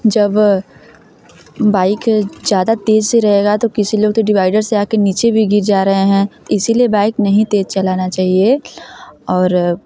जब बाइक ज़्यादा तेज़ रहेगा तो किसी लोग तो डिवाइडर से आ कर नीचे भी गिर जा रहे हैं इसलिए बाइक नहीं तेज़ चलाना चाहिए और